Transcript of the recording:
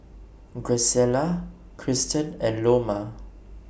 Graciela Cristen and Loma